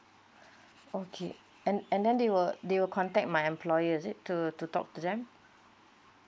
okay and and then they will they will contact my employer is it to to talk to them